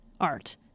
art